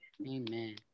Amen